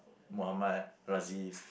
Muhammad Rasif